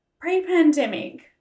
pre-pandemic